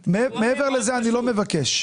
מעבר לזה אני לא מבקש.